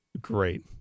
Great